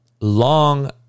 long